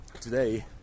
today